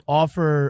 offer